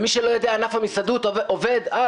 מי שלא יודע: ענף המסעדנות עובד על